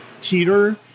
teeter